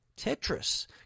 Tetris